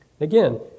Again